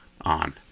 on